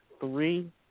three